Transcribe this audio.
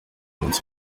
umunsi